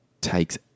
takes